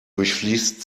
durchfließt